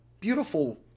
beautiful